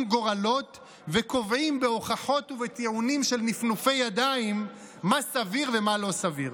גורלות וקובעים בהוכחות ובטיעונים של נפנופי ידיים מה סביר ומה לא סביר?